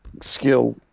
skill